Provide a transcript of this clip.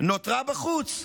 נותרה בחוץ.